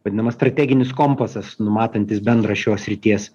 vadinamas strateginis kompasas numatantis bendrą šios srities